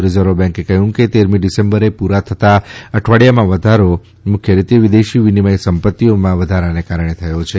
reserve બેન્કે કહ્યું કે તેરમી ડિસેમ્બરે પૂરા થતાં અઠવાડિયામાં વધારો મુખ્ય રીતે વિદેશી વિનિમય સંમાતિઓમાં વધારાને કારણે થઈ છે